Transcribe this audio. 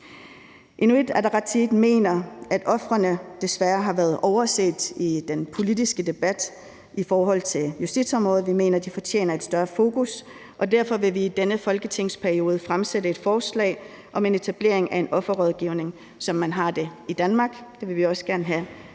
Inuit Ataqatigiit mener, at ofrene desværre har været overset i den politiske debat i forhold til justitsområdet, og vi mener, at de fortjener et større fokus, og derfor vil vi i denne folketingsperiode fremsætte et forslag om etablering af en offerrådgivning, som man har det i Danmark. Det vil vi også gerne have